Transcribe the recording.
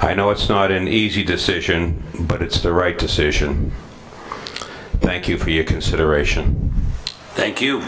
i know it's not an easy decision but it's the right decision thank you for your consideration thank you